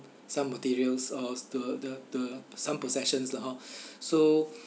some materials or s~ the the the some possessions lah hor so